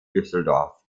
düsseldorf